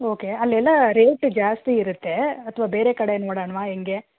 okay ಅಲ್ಲೆಲ್ಲ rate ಜಾಸ್ತಿ ಇರತ್ತೆ ಅಥವಾ ಬೇರೆ ಕಡೆ ನೋಡೋಣ್ವಾ ಹೆಂಗೆ